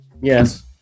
Yes